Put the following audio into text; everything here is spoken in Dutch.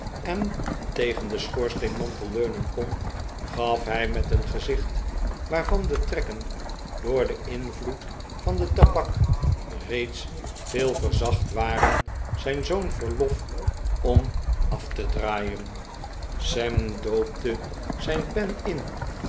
en tegen den schoorsteenmantel leunen kon gaf hij met een gezicht waarvan de trekken door den invloed van den tabak reeds veel verzacht waren zijn zoon verlof om af te draaien sam doopte zijn pen in